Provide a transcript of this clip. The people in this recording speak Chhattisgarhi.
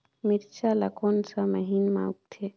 मिरचा ला कोन सा महीन मां उगथे?